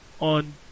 on